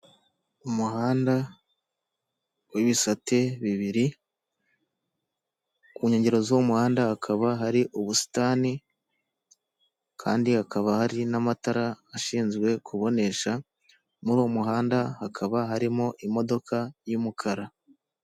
Umuhanda w'ibisate bibiri, ku nkengero z'umuhanda hakaba hari ubusitani, kandi hakaba hari n'amatara ashinzwe kubonesha, muri uwo muhanda hakaba hari imodoka y'umukara.